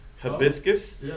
hibiscus